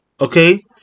Okay